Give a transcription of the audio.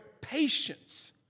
patience